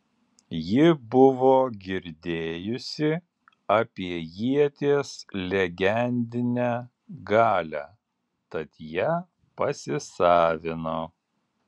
ji buvo girdėjusi apie ieties legendinę galią tad ją pasisavino